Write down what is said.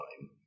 time